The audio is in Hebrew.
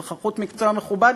פחחות מקצוע מכובד,